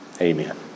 Amen